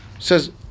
Says